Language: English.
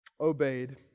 obeyed